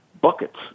Buckets